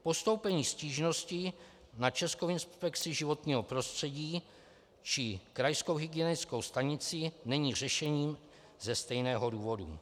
Postoupení stížnosti na Českou inspekci životního prostředí či krajskou hygienickou stanici není řešením ze stejného důvodu.